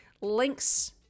Links